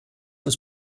uns